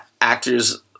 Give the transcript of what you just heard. actors